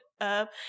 up